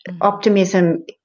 Optimism